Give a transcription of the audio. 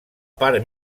part